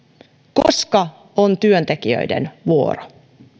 koska on työntekijöiden vuoro